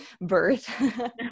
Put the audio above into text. birth